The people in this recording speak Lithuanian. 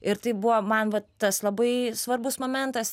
ir tai buvo man vat tas labai svarbus momentas